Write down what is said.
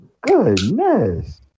Goodness